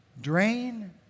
Drain